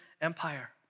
Empire